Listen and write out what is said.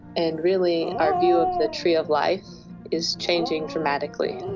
and really our view of the tree of life is changing dramatically.